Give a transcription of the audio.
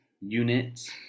units